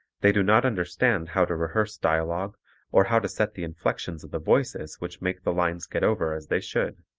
they do not understand how to rehearse dialogue or how to set the inflections of the voices which make the lines get over as they should.